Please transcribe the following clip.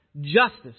justice